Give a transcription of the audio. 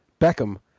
Beckham